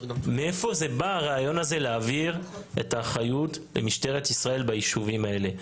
מאיפה בא הרעיון הזה להעביר את האחריות למשטרת ישראל ביישובים האלה?